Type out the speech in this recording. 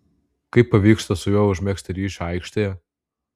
kaip pavyksta su juo užmegzti ryšį aikštėje